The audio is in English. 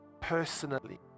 personally